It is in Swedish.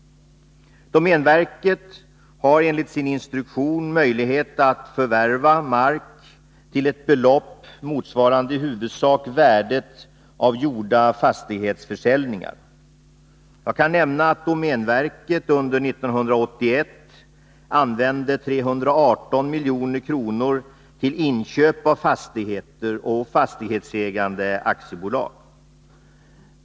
Domänverket har enligt sin instruktion möjlighet att förvärva mark till ett belopp motsvarande i huvudsak värdet av gjorda fastighetsförsäljningar. Jag kan nämna att domänverket under år 1981 använde 318 milj.kr. till inköp av fastigheter och fastighetsägande aktiebolag.